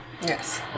Yes